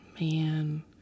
Man